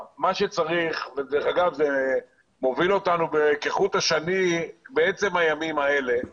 זה מוביל אותנו כחוט השני בעצם הימים האלה כי